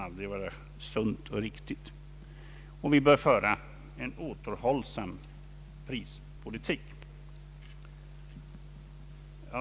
Vi bör också föra en återhållsam prispolitik. Herr talman!